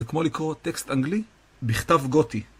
זה כמו לקרוא טקסט אנגלי בכתב גותי.